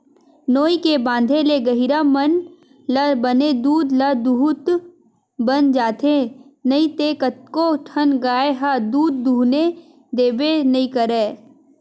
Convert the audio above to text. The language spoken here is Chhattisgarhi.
नोई के बांधे ले गहिरा मन ल बने दूद ल दूहूत बन जाथे नइते कतको ठन गाय ह दूद दूहने देबे नइ करय